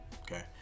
okay